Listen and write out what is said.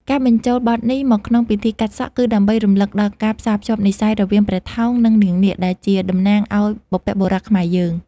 ការបញ្ចូលបទនេះមកក្នុងពិធីកាត់សក់ គឺដើម្បីរំលឹកដល់ការផ្សារភ្ជាប់និស្ស័យរវាងព្រះថោង និងនាងនាគ ដែលជាតំណាងឱ្យបុព្វបុរសខ្មែរយើង។